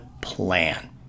plan